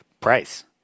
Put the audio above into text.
price